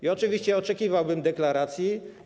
I oczywiście oczekiwałbym deklaracji.